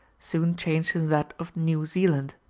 soon changed that of new zealand.